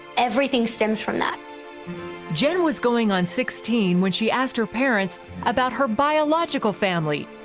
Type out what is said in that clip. everything stems from that jen was going on sixteen when she asked her parents about her biological family,